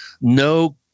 no